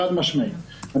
חד משמעית.